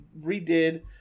redid